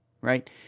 right